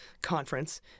conference